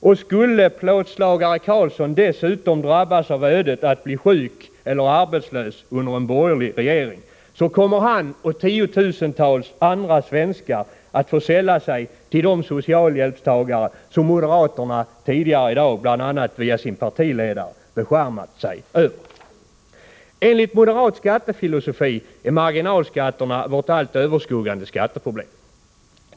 Och skulle plåtslagare Karlsson dessutom drabbas av ödet att bli sjuk eller arbetslös under en borgerlig regering, kommer han och 10 000-tals andra svenskar att få sälla sig till de socialhjälpstagare som moderaterna tidigare i dag, bl.a. via sin partiledare, har beskärmat sig över. Enligt moderat skattefilosofi är marginalskatterna vårt allt överskuggande skatteproblem.